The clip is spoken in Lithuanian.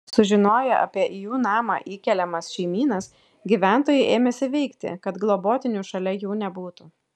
sužinoję apie į jų namą įkeliamas šeimynas gyventojai ėmėsi veikti kad globotinių šalia jų nebūtų